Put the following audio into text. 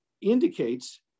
indicates